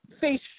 face